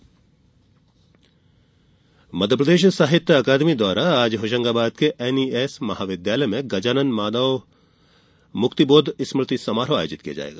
स्मृति समारोह मध्यप्रदेश साहित्य अकादमी द्वारा आज होशंगाबाद के एनईएस महाविद्यालय में गजानन माधव मुक्तिबोध स्मृति समारोह आयोजित किया जाएगा